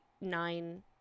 nine